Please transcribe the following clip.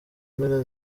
mpera